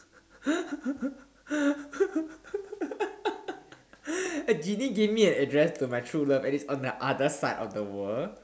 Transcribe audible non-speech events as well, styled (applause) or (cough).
(laughs) give me give me an address to my true love and it's on the other side of the world